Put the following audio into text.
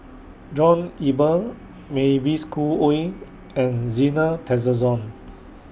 John Eber Mavis Khoo Oei and Zena Tessensohn